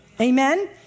Amen